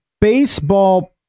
baseball